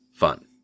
fun